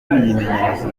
yimenyereza